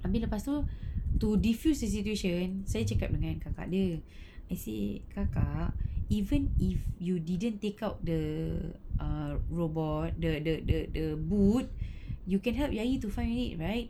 habis lepas tu to defuse the situation saya cakap dengan kakak dia I say kakak even if you didn't take out the err robot the the the the boot you can help ayi to find it right